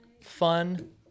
fun